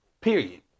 Period